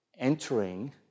entering